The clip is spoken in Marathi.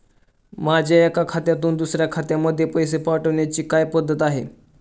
माझ्या एका खात्यातून दुसऱ्या खात्यामध्ये पैसे पाठवण्याची काय पद्धत आहे?